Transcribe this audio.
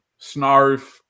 Snarf